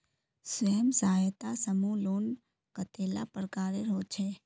स्वयं सहायता समूह लोन कतेला प्रकारेर होचे?